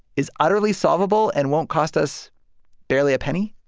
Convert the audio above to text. is utterly solvable and won't cost us barely a penny?